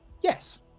Yes